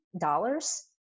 dollars